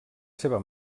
seva